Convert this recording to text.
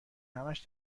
همش